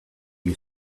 you